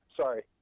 Sorry